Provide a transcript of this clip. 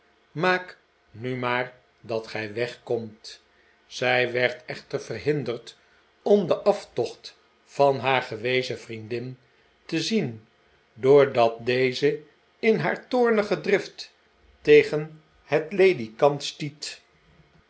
maak nu maar dat gij wegkomt zij werd echter yerhinderd om den aftocht van haar gewezen vriendin te zien doordat deze in haar toornige drift tegen het ledikant stiet